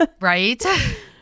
Right